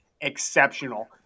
exceptional